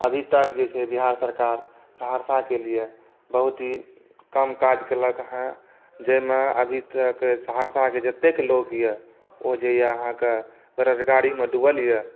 अभी तक जे छै बिहार सरकार सहरसाके लिए बहुत ही कम काज केलक हँ जाहिमे अभी तक सहरसाके जतेक लोक यऽ ओ जे यऽ अहाँकेॅं बेरोजगारीमे डुबल यऽ